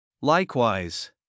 Likewise